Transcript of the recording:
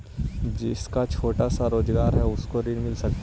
जिसका छोटा सा रोजगार है उसको ऋण मिल सकता है?